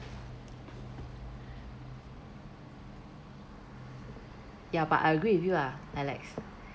ya but I agree with you lah alex